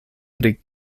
pri